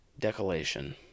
decolation